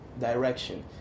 direction